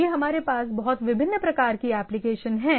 यदि हमारे पास बहुत विभिन्न प्रकार की एप्लीकेशन हैं